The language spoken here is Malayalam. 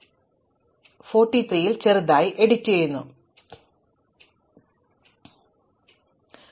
അതിനാൽ ഇത് മേലിൽ അടുക്കുമെന്ന് കരുതുന്നില്ല ഞാൻ 43 ൽ ചെറുതായി എഡിറ്റുചെയ്യുന്നു ഇത് അടുക്കിയിട്ടില്ല അതിനേക്കാൾ വലുത് എല്ലാം ഉണ്ട്